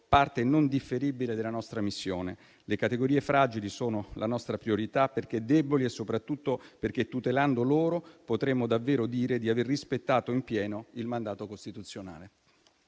parte non differibile della nostra missione. Le categorie fragili sono la nostra priorità, perché deboli e soprattutto perché, tutelando loro, potremo davvero dire di aver rispettato in pieno il mandato costituzionale.